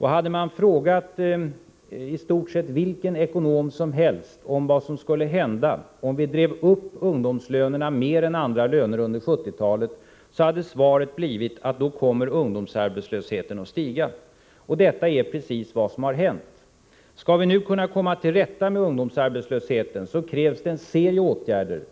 Hade man frågat i stort sett vilken ekonom som helst vad som skulle hända om vi drev upp ungdomslönerna mer än andra löner under 1970-talet, då hade svaret blivit att ungdomsarbetslösheten skulle komma att stiga. Det är precis vad som nu har hänt. För att kunna komma till rätta med ungdomsarbetslösheten krävs en serie åtgärder.